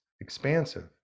expansive